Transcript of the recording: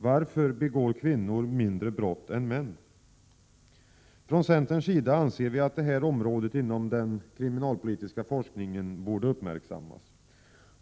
Varför begår kvinnor färre brott än män? Från centerns sida anser vi att detta område inom den kriminalpolitiska forskningen borde uppmärksammas.